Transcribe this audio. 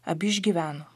abi išgyveno